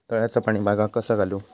तळ्याचा पाणी बागाक कसा घालू?